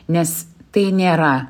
nes tai nėra